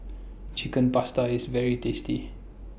Chicken Pasta IS very tasty